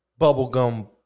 bubblegum